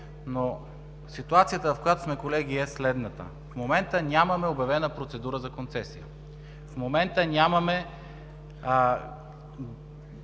но ситуацията, в която сме в момента, колеги, е следната. В момента нямаме обявена процедура за концесия. В момента нямаме